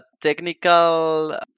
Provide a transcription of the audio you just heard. technical